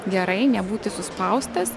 gerai nebūti suspaustas